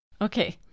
Okay